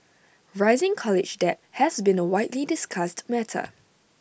rising college debt has been A widely discussed matter